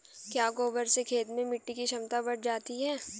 क्या गोबर से खेत में मिटी की क्षमता बढ़ जाती है?